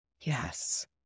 Yes